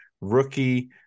rookie